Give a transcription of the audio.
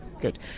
Good